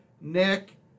Nick